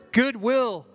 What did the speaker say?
goodwill